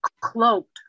cloaked